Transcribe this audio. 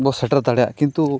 ᱵᱚ ᱥᱮᱴᱮᱨ ᱫᱟᱲᱮᱭᱟᱜᱼᱟ ᱠᱤᱱᱛᱩ